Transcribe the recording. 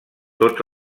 tots